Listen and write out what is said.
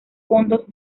fondos